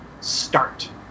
start